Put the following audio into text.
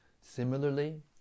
Similarly